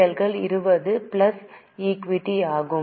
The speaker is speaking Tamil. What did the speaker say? எல் 20 பிளஸ் ஈக்விட்டி ஆகும்